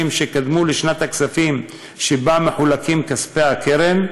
שקדמו לשנת הכספים שבה מחולקים כספי הקרן,